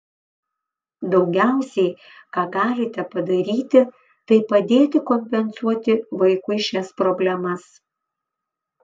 daugiausiai ką galite padaryti tai padėti kompensuoti vaikui šias problemas